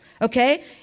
Okay